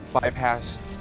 bypass